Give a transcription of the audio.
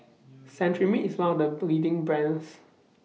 Cetrimide IS one of The leading brands